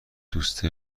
دوست